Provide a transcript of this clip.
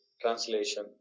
translation